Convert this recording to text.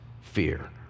fear